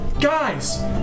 Guys